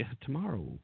tomorrow